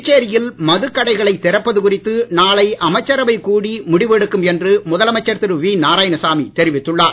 புதுச்சேரியில் மதுகடைகளை திறப்பது குறித்து நாளை அமைச்சரவை கூடி முடிவெடுக்கும் என்று முதலமைச்சர் திரு வி நாராயணசாமி தெரிவித்துள்ளார்